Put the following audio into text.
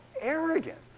arrogant